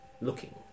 looking